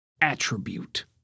attribute